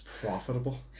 profitable